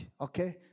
okay